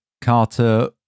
Carter